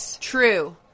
true